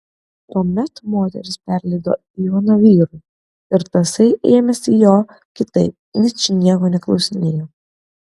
tuomet moteris perleido ivaną vyrui ir tasai ėmėsi jo kitaip ničnieko neklausinėjo